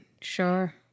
sure